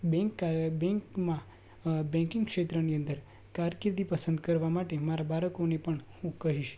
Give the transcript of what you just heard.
bank બેંકમાં banking ક્ષેત્રની અંદર કારકિર્દી પસંદ કરવા માટે મારા બાળકોને પણ હું કહીશ